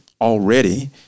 already